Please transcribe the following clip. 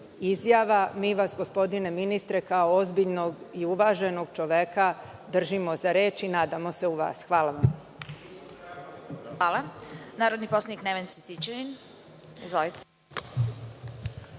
izjava. Mi vas, gospodine ministre, kao ozbiljnog i uvaženog čoveka držimo za reč i nadamo se u vas. Hvala vam. **Vesna Kovač** Narodni poslanik Neven Cvetićanin ima reč. Izvolite.